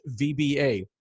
VBA